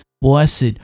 Blessed